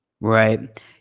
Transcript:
Right